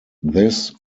this